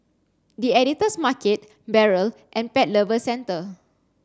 the Editor's Market Barrel and Pet Lovers Centre